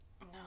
no